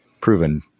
proven